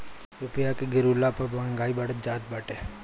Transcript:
रूपया के गिरला पअ महंगाई बढ़त जात बाटे